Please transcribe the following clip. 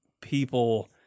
people